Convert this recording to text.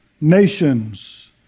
nations